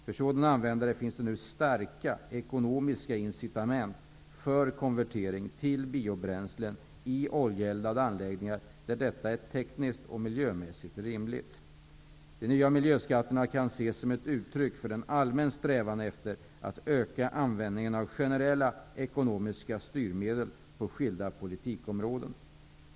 För sådana användare finns det nu starka ekonomiska incitament för konvertering till biobränslen i oljeeldade anläggningar där detta är tekniskt och miljömässigt rimligt. De nya miljöskatterna kan ses som uttryck för en allmän strävan efter att öka användningen av generella, ekonomiska styrmedel på skilda politikområden.